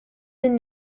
and